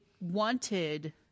wanted